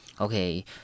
Okay